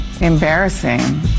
embarrassing